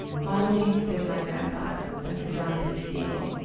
finally there is my grandfather, dr john p spiegel,